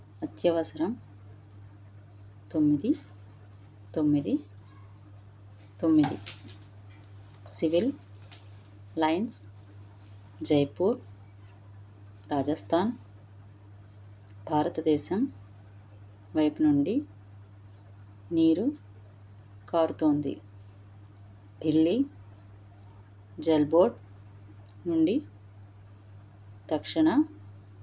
అత్యవసరం తొమ్మిది తొమ్మిది తొమ్మిది సివిల్ లైన్స్ జైపూర్ రాజస్థాన్ భారతదేశం వైపు నుండి నీరు కారుతోంది ఢిల్లీ జల్ బోర్డ్ నుండి తక్షణ